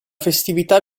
festività